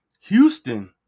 Houston